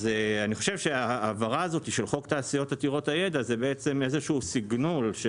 אני חושב שההעברה הזו של חוק תעשיות עתירות הידע זה איזשהו סיגנל של